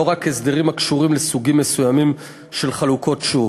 לא רק הסדרים הקשורים לסוגים מסוימים של חלוקות שוק.